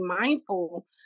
mindful